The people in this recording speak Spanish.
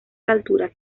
alturas